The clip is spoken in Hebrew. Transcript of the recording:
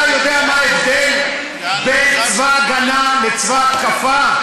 אתה יודע מה ההבדל בין צבא הגנה לצבא התקפה?